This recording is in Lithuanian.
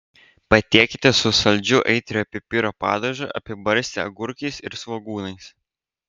patiekite su saldžiu aitriojo pipiro padažu apibarstę agurkais ir svogūnais